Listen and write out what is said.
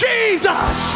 Jesus